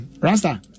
Rasta